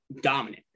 dominant